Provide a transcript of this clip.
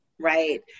right